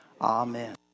Amen